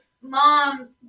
Mom